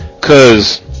cause